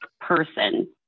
person